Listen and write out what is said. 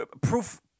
proof